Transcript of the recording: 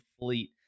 fleet